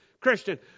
Christian